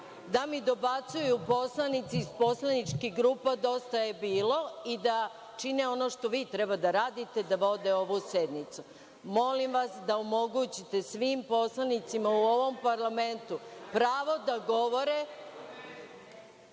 da mi dobacuju poslanici iz poslaničke grupe Dosta je bilo i da čine ono što vi treba da radite, da vode ovu sednicu. Molim vas da omogućite svim poslanicima u ovom parlamentu pravo da govore,